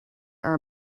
are